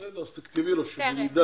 בסדר, אז תכתבי לו שהוא ידע.